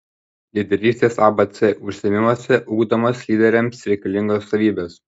lyderystės abc užsiėmimuose ugdomos lyderiams reikalingos savybės